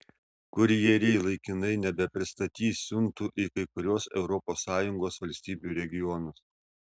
kurjeriai laikinai nebepristatys siuntų į kai kuriuos europos sąjungos valstybių regionus